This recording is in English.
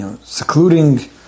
secluding